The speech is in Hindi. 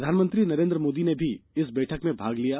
प्रधानमंत्री नरेन्द्र मोदी ने भी इस बैठक में भाग लिया